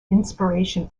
inspiration